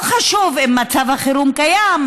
לא חשוב אם מצב החירום קיים,